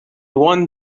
one